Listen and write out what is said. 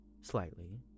slightly